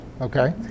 okay